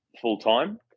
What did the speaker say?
full-time